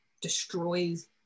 destroys